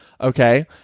okay